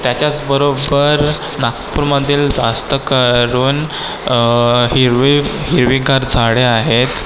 त्याच्याचबरोबर नागपूरमधील जास्त करून हिरवे हिरवीगार झाडे आहेत